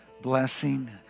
blessing